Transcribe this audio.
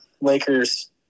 Lakers